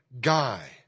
guy